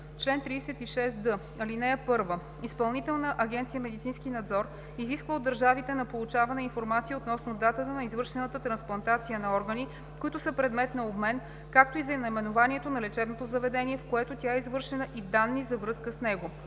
Чл. 36д. (1) Изпълнителна агенция „Медицински надзор“ изисква от държавите на получаване информация относно датата на извършената трансплантация на органи, които са предмет на обмен, както и за наименованието на лечебното заведение, в което тя е извършена, и данни за връзка с него.